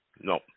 No